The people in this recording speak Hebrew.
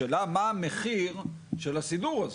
השאלה מה המחיר של הסידור הזה?